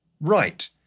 right